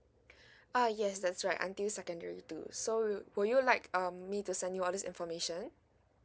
uh yes that's right until secondary two so you would you like um me to send you all this information